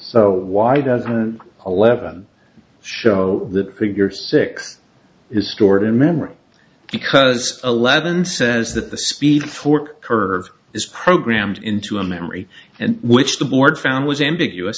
so why doesn't a level show that figure six is stored in memory because eleven says that the speed fork curve is programmed into a memory and which the board found was ambiguous